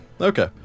Okay